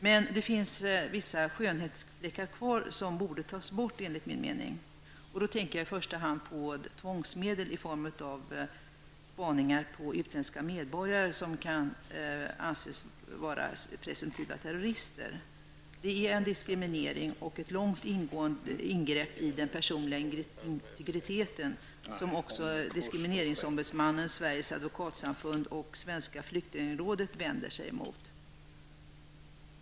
Men det finns vissa skönhetsfläckar kvar som enligt min mening borde tas bort. Jag tänker i första hand på tvångsmedel i form av spaningar på utländska medborgare som anses vara presumtiva terrorister. Detta är en diskriminering och ett långtgående ingrepp i den personliga integriteten som också diskrimineringsombudsmannen, Sveriges advokatsamfund och Svenska flyktingrådet vänder sig mot.